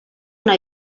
una